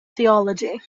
theology